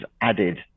added